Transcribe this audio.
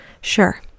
sure